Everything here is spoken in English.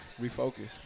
refocus